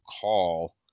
call